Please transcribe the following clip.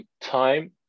time